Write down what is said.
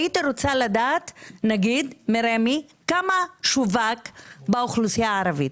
הייתי רוצה לדעת נגיד מרמ"י כמה שווק באוכלוסייה הערבית,